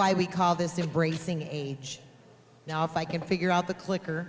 why we call this the bracing age now if i can figure out the clicker